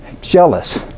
jealous